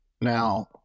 now